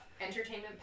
Entertainment